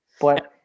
But-